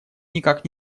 никак